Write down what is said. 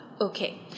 Okay